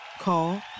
Call